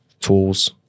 tools